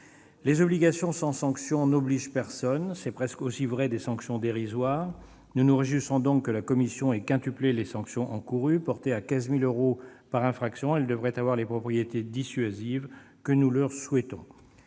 Les obligations sans sanction n'obligent personne. C'est presque aussi vrai des sanctions dérisoires. Nous nous réjouissons donc que la commission ait quintuplé les sanctions encourues. Portées à 15 000 euros par infraction, elles devraient avoir les propriétés dissuasives que nous leur souhaitons.